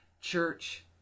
Church